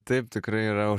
taip tikrai yra